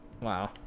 Wow